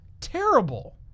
terrible